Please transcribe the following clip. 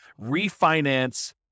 refinance